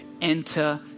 enter